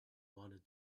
wanted